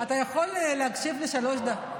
אתה יכול להקשיב לי שלוש דקות?